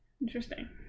Interesting